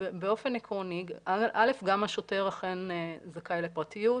באופן עקרוני קודם כל גם השוטר אכן זכאי לפרטיות,